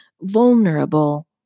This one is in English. vulnerable